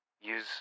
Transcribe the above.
Use